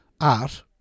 art